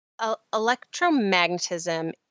electromagnetism